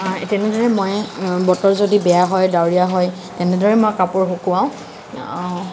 তেনেদৰে মই বতৰ যদি বেয়া হয় ডাৱৰীয়া হয় তেনেদৰে মই কাপোৰ শুকুৱাও